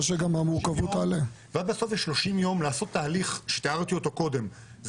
יש גם 30 ימים לעשות תהליך שתיארתי אותו קודם,